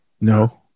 No